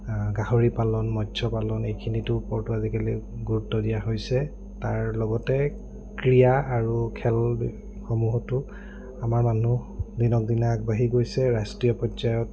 গাহৰি পালন মৎস্য পালন এইখিনিৰ ওপৰতো আজিকালি গুৰুত্ব দিয়া হৈছে তাৰ লগতে ক্ৰীড়া আৰু খেলসমূহতো আমাৰ মানুহ দিনক দিনে আগবাঢ়ি গৈছে ৰাষ্ট্ৰীয় পৰ্যায়ত